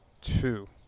two